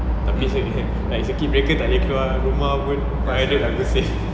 tapi like circuit breaker tak boleh keluar rumah pun private how to say